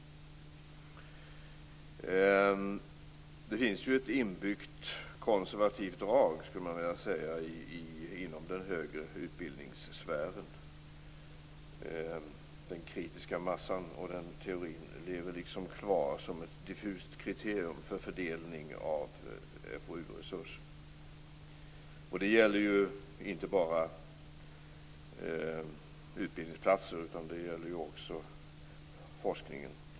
Jag skulle vilja säga att det finns ett inbyggt konservativt drag i den högre utbildningssfären. Teorin om den kritiska massan lever så att säga kvar som ett diffust kriterium för fördelning av FOU-resurser. Det gäller inte bara utbildningsplatser utan också forskning.